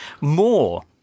More